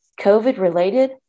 COVID-related